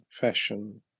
fashion